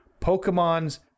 Pokemon's